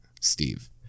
Steve